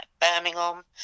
Birmingham